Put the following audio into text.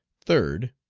third.